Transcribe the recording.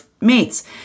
mates